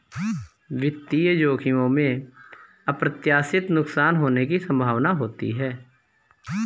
वित्तीय जोखिमों में अप्रत्याशित नुकसान होने की संभावना होती है